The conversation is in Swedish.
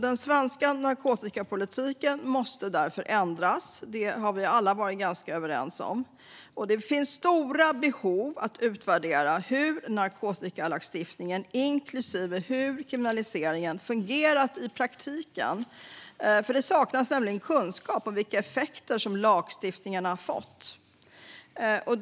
Den svenska narkotikapolitiken måste därför ändras, något vi alla är ganska överens om. Det finns stora behov av att utvärdera hur narkotikalagstiftningen, inklusive kriminaliseringen, fungerar i praktiken. Det saknas nämligen kunskap om vilka effekter lagstiftningen har fått.